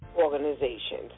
organizations